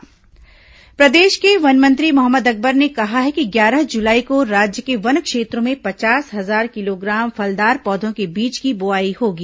one मंत्री बैठक प्रदेश के वन मंत्री मोहम्मद अकबर ने कहा है कि ग्यारह जुलाई को राज्य के वन क्षेत्रों में पचास हजार किलोग्राम फलदार पौधों के बीज की बोआई होगी